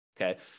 okay